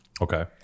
Okay